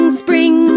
spring